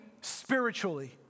spiritually